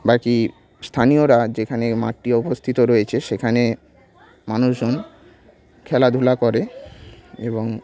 বাকি স্থানীয়রা যেখানে মাঠটি অবস্থিত রয়েছে সেখানে মানুষজন খেলাধুলা করে এবং